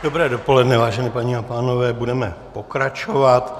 Dobré dopoledne, vážené paní a pánové, budeme pokračovat.